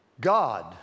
God